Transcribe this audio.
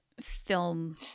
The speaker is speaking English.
film